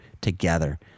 together